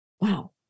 Wow